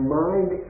mind